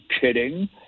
kidding